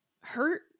hurt